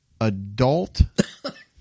adult